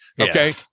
okay